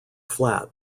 flat